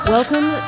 Welcome